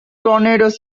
tornadoes